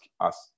ask